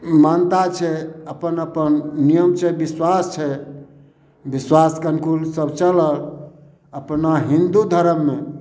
मानता छै अपन अपन नियम छै बिश्वास छै बिश्वासके अनुकूल सब चलल अपना हिन्दू धरममे